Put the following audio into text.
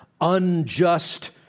unjust